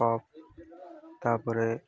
cup ତା'ପରେ